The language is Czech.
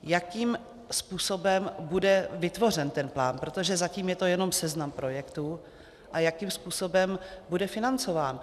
Jakým způsobem bude vytvořen ten plán, protože zatím je to jenom seznam projektů, a jakým způsobem bude financován?